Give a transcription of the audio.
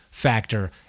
factor